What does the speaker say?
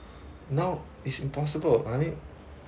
now is impossible I mean